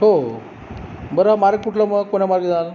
हो बरं मार्ग कुठला मग कोण्या मार्गी जाणार